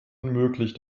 unmöglich